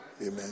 Amen